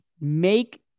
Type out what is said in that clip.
Make